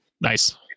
nice